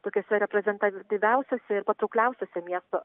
tokiose reprezentatyviausiose ir patraukliausiose miesto